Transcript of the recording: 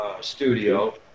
studio